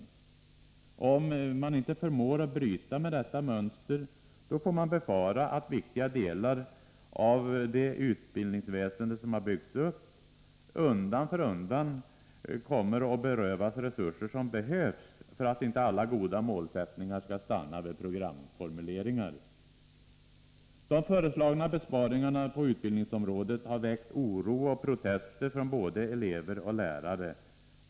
Om det inte går att bryta detta mönster, då måste man befara att viktiga delar av det utbildningsväsende som har byggts upp kommer att undan för undan berövas resurser som behövs för att inte alla goda målsättningar skall stanna vid programformuleringar. De föreslagna besparingarna på utbildningsområdet har väckt oro och protester från både elever och lärare.